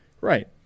Right